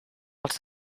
els